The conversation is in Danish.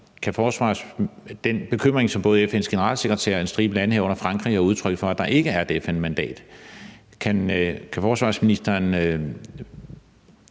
forstå den bekymring, som både FN's generalsekretær og en stribe lande, herunder Frankrig, har udtrykt for, at der ikke er et FN-mandat? Og kan forsvarsministeren